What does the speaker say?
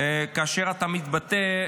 כאשר אתה מתבטא,